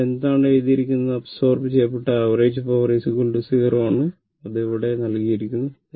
ഇവിടെ എന്താണ് എഴുതിയിരിക്കുന്നത് അബ്സോർബ് ചെയ്യപ്പെട്ട ആവറേജ് പവർ 0 ആണ് അത് ഇവിടെ നൽകിയിരിക്കുന്നു